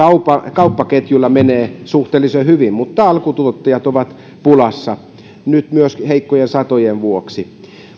kauppaketjuilla menee suhteellisen hyvin mutta alkutuottajat ovat pulassa nyt myös heikkojen satojen vuoksi